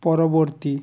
পরবর্তী